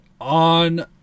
on